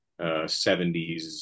70s